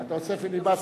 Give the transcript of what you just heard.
אתה עושה פיליבסטר?